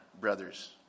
brothers